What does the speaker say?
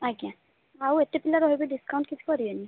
ଆଜ୍ଞା ଆଉ ଏତେ ପିଲା ରହିବେ ଡିସ୍କାଉଣ୍ଟ୍ କିଛି କରିବେନି